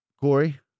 Corey